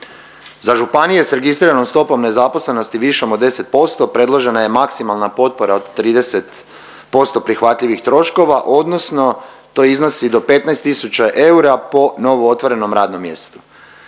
Za županije sa registriranom stopom nezaposlenosti višom od 10% predložena je maksimalna potpora od 30% prihvatljivih troškova odnosno to iznosi do 15000 eura po novo otvorenom radnom mjestu.